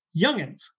youngins